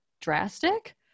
drastic